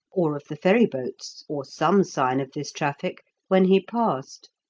or of the ferry-boats, or some sign of this traffic when he passed,